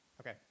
Okay